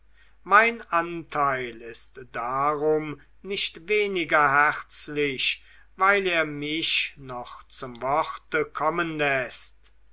mein anteil ist darum nicht weniger herzlich weil er mich noch zum worte kommen läßt